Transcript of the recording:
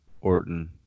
Orton